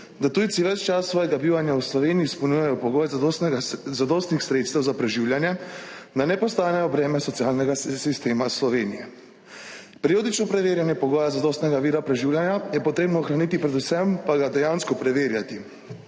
da tujci ves čas svojega bivanja v Sloveniji izpolnjujejo pogoje zadostnih sredstev za preživljanje, da ne postanejo breme socialnega sistema Slovenije. Periodično preverjanje pogoja zadostnega vira preživljanja je potrebno ohraniti, predvsem pa ga dejansko preverjati,